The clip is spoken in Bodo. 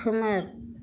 खोमोर